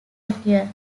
occur